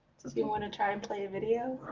do you want to try to play a video?